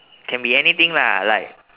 can be anything lah like